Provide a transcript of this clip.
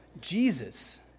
Jesus